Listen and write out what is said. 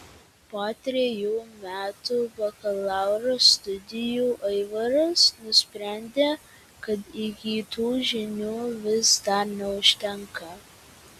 po trejų metų bakalauro studijų aivaras nusprendė kad įgytų žinių vis dar neužtenka